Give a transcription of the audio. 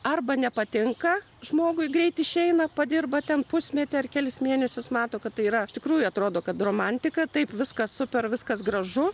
arba nepatinka žmogui greit išeina padirba ten pusmetį ar kelis mėnesius mato kad tai yra iš tikrųjų atrodo kad romantika taip viskas super viskas gražu